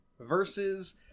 versus